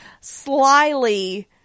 slyly